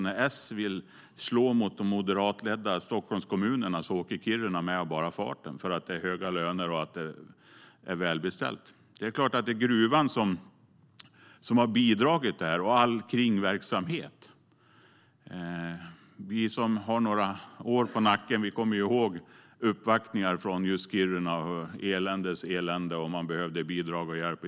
När S vill slå mot de moderatledda Stockholmskommunerna åker Kiruna med av bara farten, för att det är höga löner och att det är välbeställt. Det är klart att det är gruvan som har bidragit, och all kringverksamhet. Vi som har några år på nacken kommer ihåg uppvaktningar från just Kiruna. Det var eländes elände, och man behövde bidrag och hjälp.